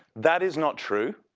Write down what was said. that is not true.